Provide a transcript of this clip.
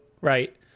right